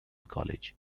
college